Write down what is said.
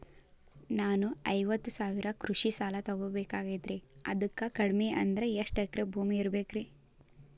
ನಾನು ಐವತ್ತು ಸಾವಿರ ಕೃಷಿ ಸಾಲಾ ತೊಗೋಬೇಕಾಗೈತ್ರಿ ಅದಕ್ ಕಡಿಮಿ ಅಂದ್ರ ಎಷ್ಟ ಎಕರೆ ಭೂಮಿ ಇರಬೇಕ್ರಿ?